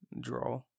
Draw